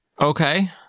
Okay